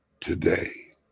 today